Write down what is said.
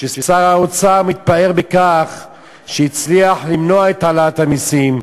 ששר האוצר מתפאר בכך שהצליח למנוע את העלאת המסים,